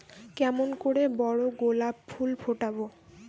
কেমন করে বড় গোলাপ ফুল ফোটাব?